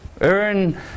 Earn